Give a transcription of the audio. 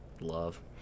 love